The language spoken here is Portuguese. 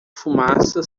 fumaça